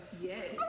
yes